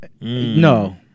No